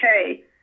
okay